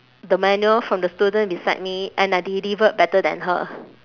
the manual from the student beside me and I delivered better than her